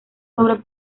sobre